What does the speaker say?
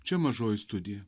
čia mažoji studija